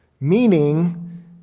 meaning